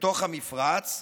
לתוך המפרץ,